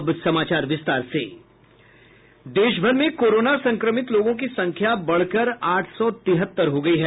देश भर में कोरोना संक्रमित लोगों की संख्या बढ़कर आठ सौ तिहत्तर हो गयी है